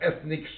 ethnic